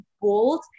bold